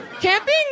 Camping